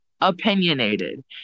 Opinionated